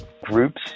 groups